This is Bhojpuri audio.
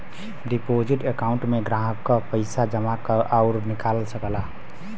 डिपोजिट अकांउट में ग्राहक पइसा जमा आउर निकाल सकला